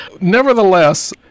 Nevertheless